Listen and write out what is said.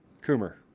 Coomer